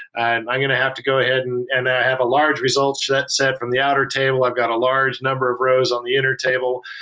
and i'm going to have to go ahead and and have a large results to that set from the outer table. i've got a large number of rows on the inner table.